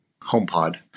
HomePod